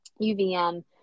UVM